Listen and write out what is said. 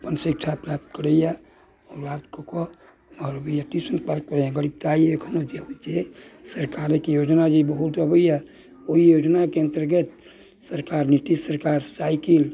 अपन शिक्षा प्राप्त करैया याद कऽ कऽ आओर अबैया टिशन पर पढ़ैत गरीबताइ अखन जे होइत छै सरकारेके योजना जे बहुत अबैया ओहि योजनाके अन्तर्गत सरकार नीतीश सरकार साइकिल